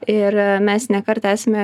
ir mes ne kartą esame